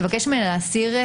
לבקש ממנה לוותר